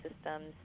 systems